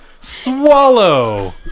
Swallow